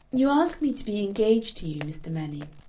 you ask me to be engaged to you, mr. manning,